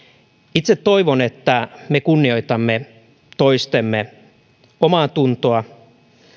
itse toivon että me kunnioitamme toistemme omaatuntoa